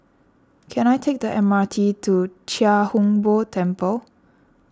can I take the M R T to Chia Hung Boo Temple